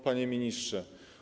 Panie Ministrze!